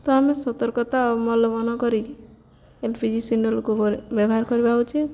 ତ ଆମେ ସର୍ତକତା ଅବଲମ୍ବନ କରି ଏଲ୍ ପି ଜି ସିଲିଣ୍ଡରକୁ ବ୍ୟବହାର କରିବା ଉଚିତ